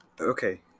Okay